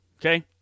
Okay